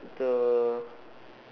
the